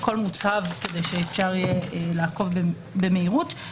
הכל מסומן כדי שאפשר יהיה לעקוב במהירות.